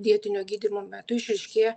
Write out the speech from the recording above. dietinio gydymo metu išryškėja